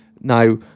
Now